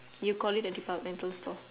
you call it a departmental store